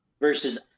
versus